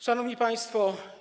Szanowni Państwo!